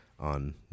on